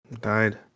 died